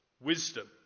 wisdom